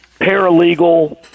paralegal